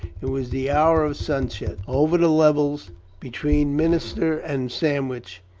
it was the hour of sunset over the levels between minster and sandwich